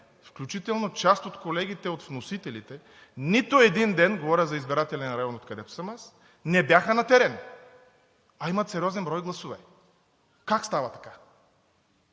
включително част от колегите от вносителите, нито един ден, говоря за избирателния район, откъдето съм аз, не бяха на терен, а имат сериозен брой гласове! Как става така?!